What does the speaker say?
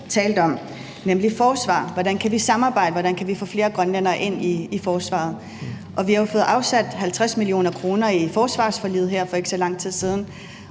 nemlig forsvaret: Hvordan kan vi samarbejde? Hvordan kan vi få flere grønlændere ind i forsvaret? Vi har jo fået afsat 50 mio. kr. i forsvarsforliget her for ikke så lang tid siden,